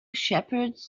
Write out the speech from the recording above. shepherds